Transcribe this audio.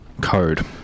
code